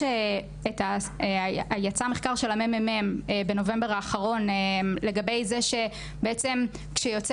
יצא מחקר של הממ"מ בנובמבר האחרון לגבי זה שבעצם כשיוצא